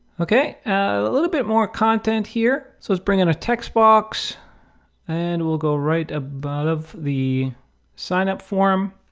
okay. a little bit more content here. so lets bring in a text box and we'll go right above the sign up form.